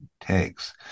takes